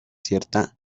cierta